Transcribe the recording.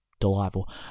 Delightful